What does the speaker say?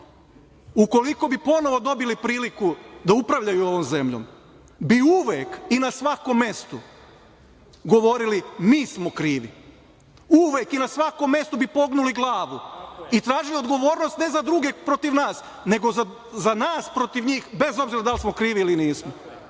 ukoliko bi ponovo dobili priliku da upravljaju ovom zemljom bi uvek i na svakom mestu govorili - mi smo krivi. Uvek i na svakom mestu bi pognuli glavu i tražili odgovornost ne za druge protiv nas, nego za nas protiv njih bez obzira da li smo krivi ili nismo